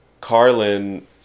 Carlin